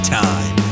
time